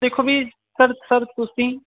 ਦੇਖੋ ਵੀ ਸਰ ਤੁਸੀਂ